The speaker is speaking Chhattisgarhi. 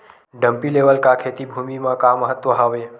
डंपी लेवल का खेती भुमि म का महत्व हावे?